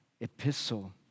epistle